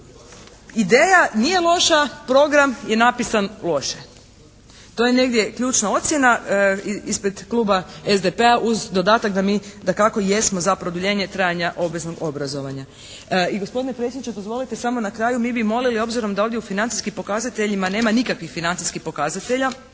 ideja nije loša, program je napisan loše. To je negdje ključna ocjena ispred Kluba SDP-a uz dodatak da mi dakako i jesmo za produljenje trajanja obveznog obrazovanja. I gospodine predsjedniče dozvolite samo na kraju mi bi molili obzirom da ovdje u financijskim pokazateljima nema nikakvih financijskih pokazatelja